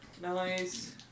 Nice